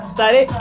Study